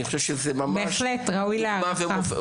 אני חושב שזאת ממש דוגמה ומופת.